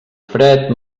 fred